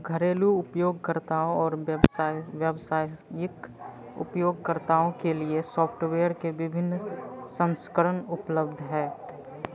घरेलू उपयोगकर्ताओं और व्यवसाय व्यावसायिक उपयोगकर्ताओं के लिए सॉफ्टवेयर के विभिन्न संस्करण उपलब्ध है